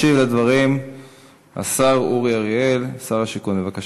ישיב על הדברים השר אורי אריאל, שר השיכון, בבקשה.